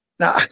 now